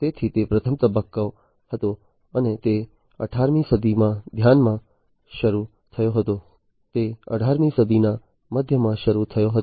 તેથી તે પ્રથમ તબક્કો હતો અને તે 18મી સદીના મધ્યમાં શરૂ થયો હતો